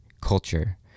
culture